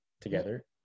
together